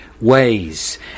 ways